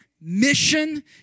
mission